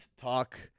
talk